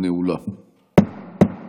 (תיקון מס'